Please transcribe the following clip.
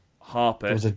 Harper